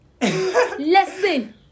lesson